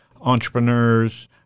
entrepreneurs